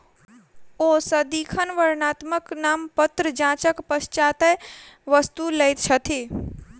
ओ सदिखन वर्णात्मक नामपत्र जांचक पश्चातै वस्तु लैत छथि